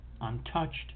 untouched